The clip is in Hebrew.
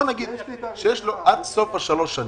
נאמר שיש לו עד סוף השלוש שנים.